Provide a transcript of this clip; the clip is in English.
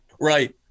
Right